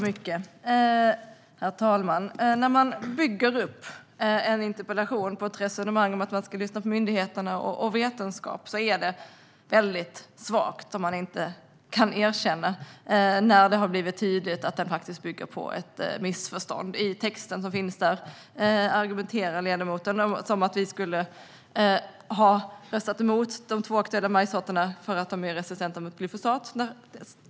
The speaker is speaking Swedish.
Herr talman! När man bygger en interpellation på ett resonemang om att man ska lyssna på myndigheterna och på vetenskap är det svagt att man inte kan erkänna när det har blivit tydligt att interpellationen bygger på ett missförstånd. I texten argumenterar ledamoten som att vi skulle ha röstat emot de aktuella majssorterna därför att de är resistenta mot glyfosat.